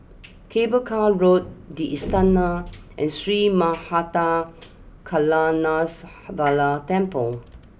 Cable Car Road the Istana and Sri Temple